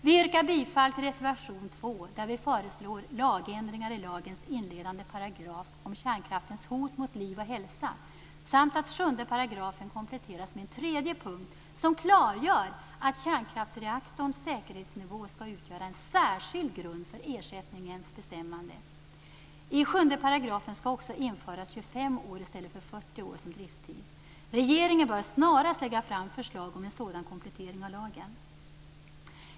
Vi yrkar bifall till reservation 2, där vi föreslår lagändringar i lagens inledande paragraf om kärnkraftens hot mot liv och hälsa samt att 7 § kompletteras med en tredje punkt som klargör att kärnkraftsreaktorns säkerhetsnivå skall utgöra en särskild grund för ersättningens bestämmande. I 7 § skall också införas 25 år i stället för 40 år som drifttid. Regeringen bör snarast lägga fram förslag om en sådan komplettering av lagen.